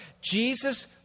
Jesus